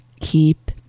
keep